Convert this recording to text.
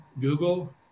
Google